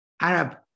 Arab